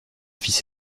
fils